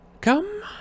Come